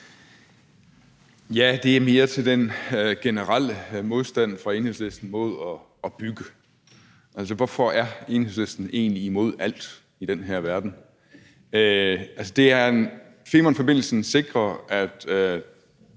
mere et spørgsmål til den generelle modstand fra Enhedslisten mod at bygge. Altså, hvorfor er Enhedslisten egentlig imod alt i den her verden? Femernforbindelsen sikrer, at